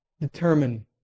determine